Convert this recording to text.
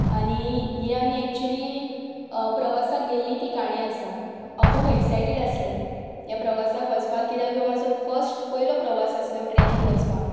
आनी ही आमी एक्च्युली प्रवासाक गेल्ली ती काणी आसा हांव खूब एक्सायटीड आसलें ह्या प्रवासाक वचपाक कित्याक हो म्हजो फर्स्ट पयलो प्रवास आसलो ट्रॅनीन वचपाक